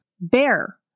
bear